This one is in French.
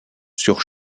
sur